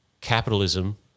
capitalism